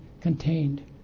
contained